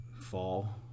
fall